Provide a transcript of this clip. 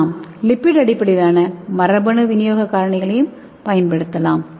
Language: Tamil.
நாம் லிப்பிட் அடிப்படையிலான மரபணு விநியோக காரணிகளையும் பயன்படுத்தலாம்